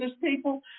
people